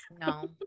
no